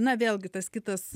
na vėlgi tas kitas